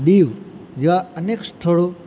દીવ જેવા અનેક સ્થળો